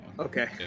Okay